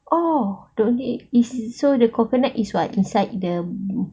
oh is it so the coconut is what inside the